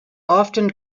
often